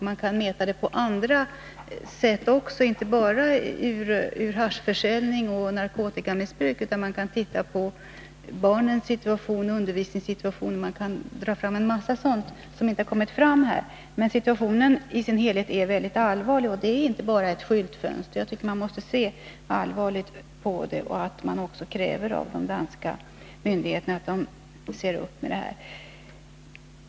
Man kan mäta detta på andra sätt också — inte bara när det gäller haschförsäljning och narkotikamissbruk. Man kan se på barnens situation, undervisningssituationen — en mängd sådana förhållanden som inte har berörts här. Situationen i sin helhet är mycket allvarlig, och det är inte bara fråga om ett skyltfönster. Jag tycker att man också skall kräva av de danska myndigheterna att de ser upp med dessa förhållanden.